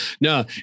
no